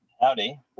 Howdy